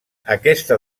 aquesta